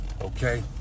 okay